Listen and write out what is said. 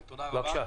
בבקשה.